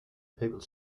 people